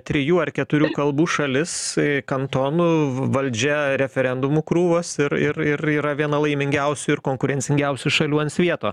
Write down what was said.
trijų ar keturių kalbų šalis kantonų valdžia referendumų krūvos ir ir ir yra viena laimingiausių ir konkurencingiausių šalių ant svieto